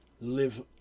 live